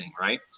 right